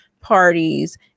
parties